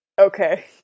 Okay